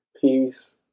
peace